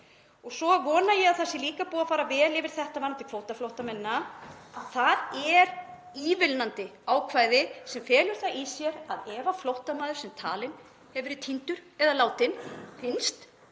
Svo vona ég að það sé líka búið að fara vel yfir þetta varðandi kvótaflóttamennina. Það er ívilnandi ákvæði sem felur það í sér að ef flóttamaður, sem talinn hefur verið týndur eða látinn, finnst